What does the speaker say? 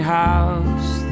house